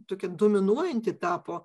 tokia dominuojanti tapo